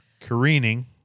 careening